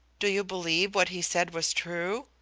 do you believe what he said was true?